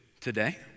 today